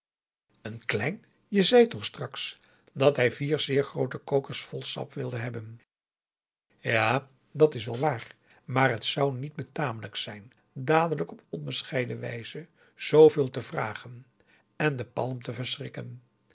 een klein je zei toch straks dat hij vier zeer groote kokers vol sap wilde hebben ja dat is wel waar maar het zou niet betamelijk zijn dadelijk op onbescheiden wijze zoo veel te vragen en den palm te verschrikken